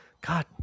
god